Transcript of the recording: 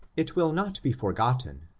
it will not be forgotten,